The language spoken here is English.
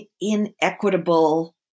inequitable